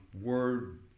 Word